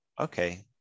okay